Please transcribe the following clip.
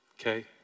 okay